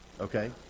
Okay